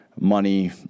money